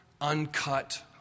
uncut